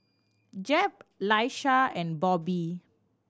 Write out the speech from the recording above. Jep Laisha and Bobbi